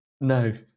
no